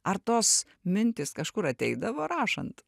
ar tos mintys kažkur ateidavo rašant